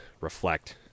reflect